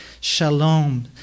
Shalom